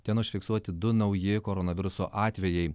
ten užfiksuoti du nauji koronaviruso atvejai